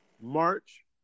march